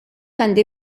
għandi